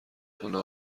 کنه